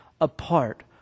apart